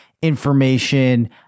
Information